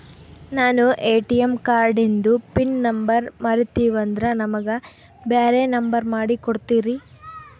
ನಾನು ಎ.ಟಿ.ಎಂ ಕಾರ್ಡಿಂದು pin number ಮರತೀವಂದ್ರ ನಮಗ ಬ್ಯಾರೆ ನಂಬರ್ ಮಾಡಿ ಕೊಡ್ತೀರಿ?